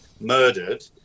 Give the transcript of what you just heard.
murdered